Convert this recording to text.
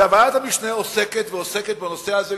וועדת המשנה עוסקת ועוסקת בנושא הזה,